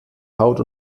haut